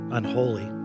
unholy